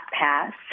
pass